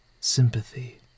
sympathy